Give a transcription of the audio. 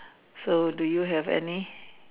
so do yo have any